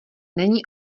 není